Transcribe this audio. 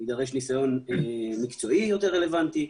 יידרש ניסיון מקצועי יותר רלוונטי.